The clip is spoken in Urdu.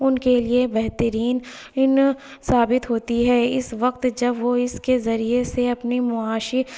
ان کے لیے بہترین این ثابت ہوتی ہے اس وقت جب وہ اس کے ذریعے سے اپنی معاشی